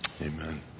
Amen